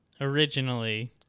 originally –